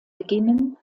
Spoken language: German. beginnen